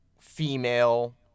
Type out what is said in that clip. female